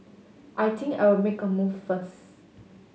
I think I'll make a move first